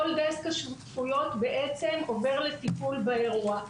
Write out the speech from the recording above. כל דסק השותפויות עובר לטיפול באירוע.